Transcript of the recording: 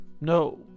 No